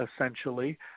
essentially